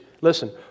Listen